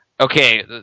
Okay